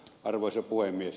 arvoisa puhemies